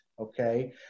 okay